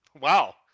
Wow